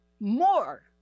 more